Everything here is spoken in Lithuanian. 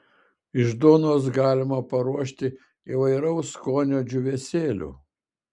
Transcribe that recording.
iš duonos galima paruošti įvairaus skonio džiūvėsėlių